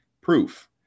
proof